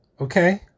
okay